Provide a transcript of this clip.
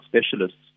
specialists